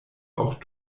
auch